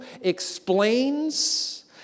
explains